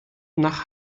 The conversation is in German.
nach